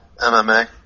MMA